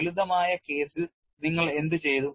ലളിതമായ കേസിൽ നിങ്ങൾ എന്തു ചെയ്തു